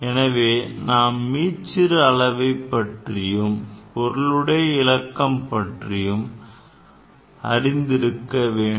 எனவே நாம் மீச்சிறு அளவைப் பற்றியும் பொருளுடையவிலக்கம் பற்றியும் அறிந்திருக்க வேண்டும்